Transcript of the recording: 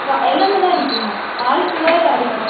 ஆ எல்லாமே தான் அடிக்கணும் ஹால்க்குள்ளே அடிக்கணும்